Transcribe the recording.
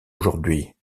aujourd’hui